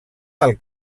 del